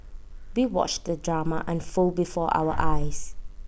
we watched the drama unfold before our eyes